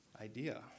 idea